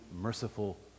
merciful